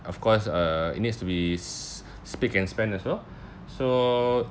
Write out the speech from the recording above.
of course uh it needs to be s~ spick and span as well so